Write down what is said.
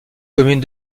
commune